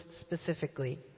specifically